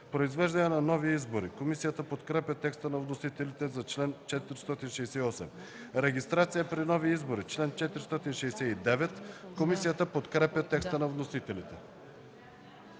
„Произвеждане на нови избори” – чл. 468. Комисията подкрепя текста на вносителите. „Регистрация при нови избори” – чл. 469. Комисията подкрепя текста на вносителите.